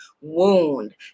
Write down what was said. wound